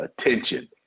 attention